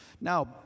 Now